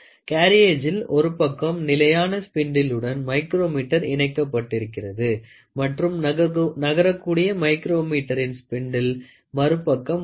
கேரியேஜில் ஒரு பக்கம் நிலையான ஸ்பின்ட்டிளுடன் மைக்ரோமீட்டர் இணைக்கப்பட்டிருக்கிறது மற்றும் நகரக்கூடிய மைக்ரோமீட்டரின் ஸ்பின்டில் மறுபக்கம் உள்ளது